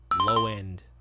low-end